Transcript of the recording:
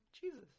Jesus